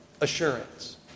assurance